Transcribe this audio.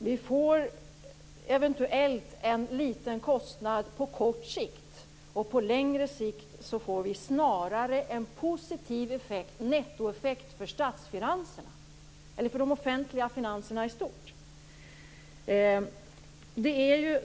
Det blir eventuellt en liten kostnad på kort sikt, men på längre sikt blir det snarare en positiv nettoeffekt för de offentliga finanserna i stort.